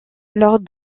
lors